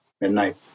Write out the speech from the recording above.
midnight